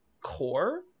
core